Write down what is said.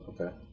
Okay